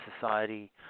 society